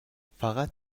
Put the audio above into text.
فقط